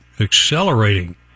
accelerating